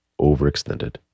overextended